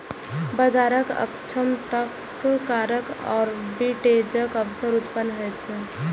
बाजारक अक्षमताक कारण आर्बिट्रेजक अवसर उत्पन्न होइ छै